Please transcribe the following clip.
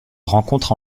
rencontre